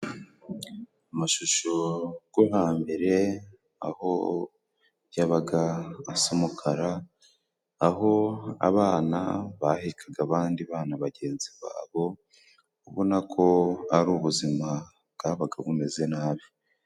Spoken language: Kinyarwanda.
Amashusho go hambere, aho yabaga asa umukara aho abana bahekaga abandi bana bagenzi babo, ubona ko ari ubuzima bwabaga bumeze nabi.